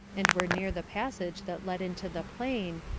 and were near the passage that led into the plain,